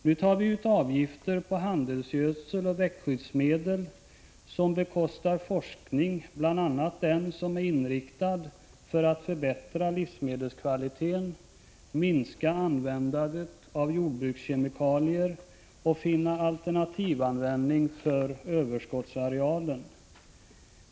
Nu tar vi ut avgifter på handelsgödsel och växtskyddsmedel som bekostar forskning, bl.a. den — Prot. 1985/86:118 som är inriktad på att förbättra livsmedelskvaliteten, minska användandet av 16 april 1986 jordbrukskemikalier och finna alternativanvändning för överskottsarealen.